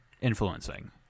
influencing